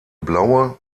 blaue